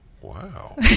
Wow